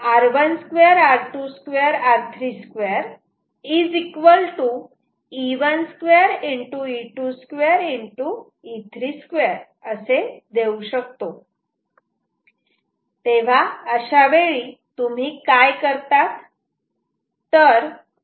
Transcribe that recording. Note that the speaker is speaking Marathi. तेव्हा अशावेळी तुम्ही काय करतात